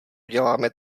děláme